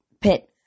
pit